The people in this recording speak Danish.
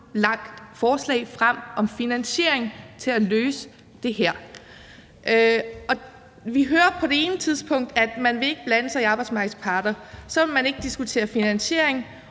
forslag frem om finansiering til at løse det her. Vi hører det ene tidspunkt, at man ikke vil blande sig i arbejdsmarkedets parter, og så vil man ikke diskutere finansiering,